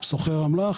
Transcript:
סוחר אמל"ח